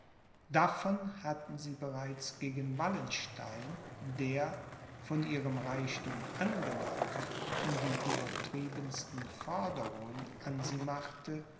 davon hatten sie bereits gegen wallenstein der von ihrem reichthum angelockt die übertriebensten forderungen an sie machte